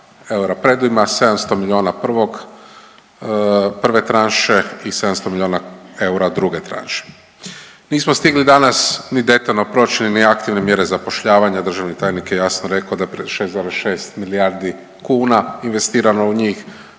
700 milijuna 1. tranše i 700 milijuna eura 2. tranše. Nismo stigli danas ni detaljno proći ni aktivne mjere zapošljavanja, državni tajnik je jasno rekao da pred 6,6 milijardi kuna investirano u njih,